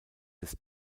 des